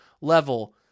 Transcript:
level